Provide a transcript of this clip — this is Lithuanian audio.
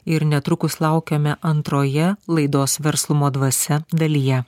ir netrukus laukiame antroje laidos verslumo dvasia dalyje